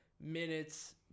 minutes